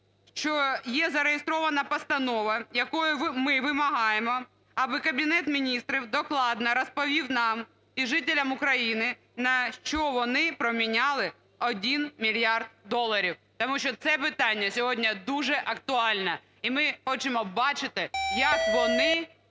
що є зареєстрована постанова, якою ми вимагаємо аби Кабінет Міністрів докладно розповів нам і жителям України, на що вони проміняли один мільярд доларів, тому що це питання сьогодні дуже актуальне, і ми хочемо бачити, як вони будуть